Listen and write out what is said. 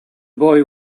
boy